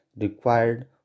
required